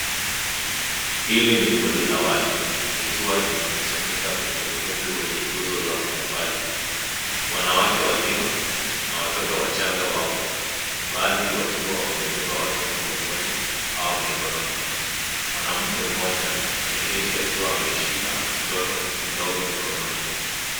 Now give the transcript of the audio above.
Hili ni kundi la watu, likiwa limekusanyika kwenye ukumbi wenye nguzo za matofali. Wanawake wazima na watoto wachanga wapo, baadhi wakiwa wamebeba watoto mgongoni au mikononi. Mwanamke mmoja ameketi akiwa ameshika mtoto mdogo mikononi.